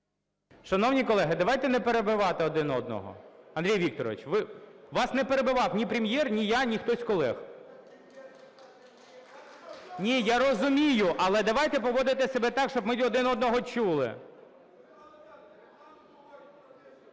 Шановні колеги, давайте не перебивати один одного. Андрій Вікторович, вас не перебивав ні Прем’єр, ні я, ні хтось з колег. (Шум у залі) Ні, я розумію. Але давайте поводити себе так, щоб ми один одного чули.